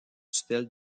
tutelle